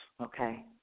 okay